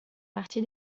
parti